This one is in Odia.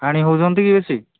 ପାଣି ହଉଛନ୍ତି କି ବେଶୀ